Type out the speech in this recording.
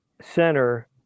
center